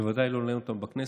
בוודאי לא לנהל אותם בכנסת,